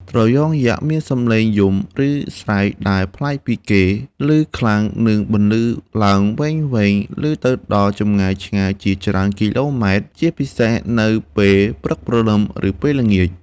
ត្រយងយក្សមានសំឡេងយំ ឬស្រែកដែលប្លែកពីគេ ឮខ្លាំង និងបន្លឺឡើងវែងៗ ឮទៅដល់ចម្ងាយឆ្ងាយជាច្រើនគីឡូម៉ែត្រ ជាពិសេសនៅពេលព្រឹកព្រលឹម ឬពេលល្ងាច។